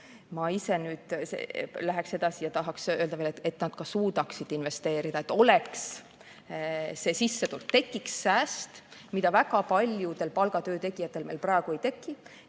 Ma ise nüüd läheksin edasi ja tahaksin öelda veel, et nad ka suudaksid investeerida. Et oleks see sissetulek, tekiks sääst – mida väga paljudel palgatöö tegijatel meil praegu ei teki